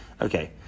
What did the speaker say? Okay